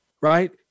right